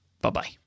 bye-bye